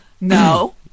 No